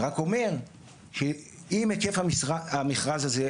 זה רק אומר שאם היקף המכרז הזה,